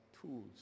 tools